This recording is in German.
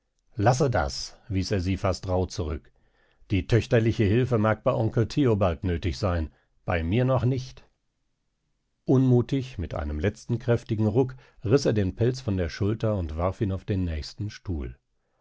lasse das wies er sie fast rauh zurück die töchterliche hilfe mag bei onkel theobald nötig sein bei mir noch nicht unmutig mit einem letzten kräftigen ruck riß er den pelz von der schulter und warf ihn auf den nächsten stuhl